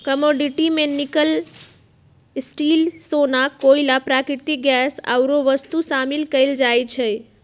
commodity में nickel, steel,, सोना, कोइला, प्राकृतिक गैस आउरो वस्तु शामिल कयल जाइ छइ